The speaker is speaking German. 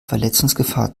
verletzungsgefahr